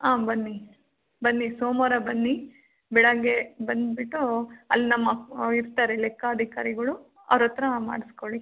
ಆಂ ಬನ್ನಿ ಬನ್ನಿ ಸೋಮವಾರ ಬನ್ನಿ ಬೆಳಗ್ಗೆ ಬಂದುಬಿಟ್ಟು ಅಲ್ಲಿ ನಮ್ಮ ಇರ್ತಾರೆ ಲೆಕ್ಕಾಧಿಕಾರಿಗಳು ಅವರ ಹತ್ರ ಮಾಡಿಸಿಕೊಳ್ಳಿ